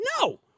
No